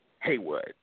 Haywood